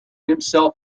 himself